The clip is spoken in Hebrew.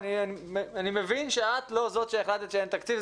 אני מבין שאת לא זאת שהחלטת שאין תקציב.